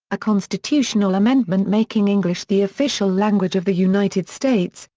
a constitutional amendment making english the official language of the united states,